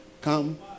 Come